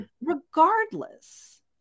regardless